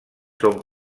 són